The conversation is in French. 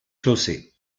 chaussée